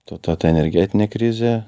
to ta energetinė krizė